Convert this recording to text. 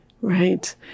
Right